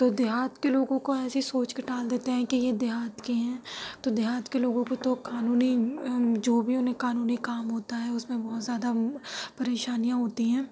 تو دیہات کے لوگوں کو ایسی سوچ کے ٹال دیتے ہیں کہ یہ دیہات کے ہیں تو دیہات کے لوگوں کو تو قانونی جو بھی انہیں قانونی کام ہوتا ہے اس میں بہت زیادہ پریشانیاں ہوتی ہیں